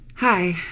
Hi